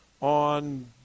on